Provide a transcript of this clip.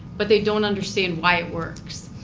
but they don't understand why it works.